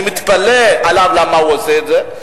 אני מתפלא עליו למה הוא עושה את זה,